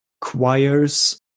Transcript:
choirs